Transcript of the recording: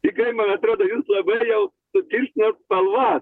tikrai man atrodo jums labai jau sutirštino spalvas